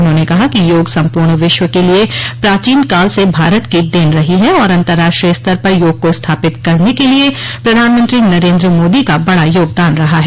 उन्होंने कहा कि योग संपूर्ण विश्व के लिए प्राचीन काल से भारत की देन रही है और अंतरराष्ट्रीय स्तर पर योग को स्थापित करने के लिए प्रधानमंत्री नरेंद्र मोदी का बड़ा योगदान रहा है